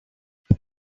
that